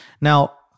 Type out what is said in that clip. Now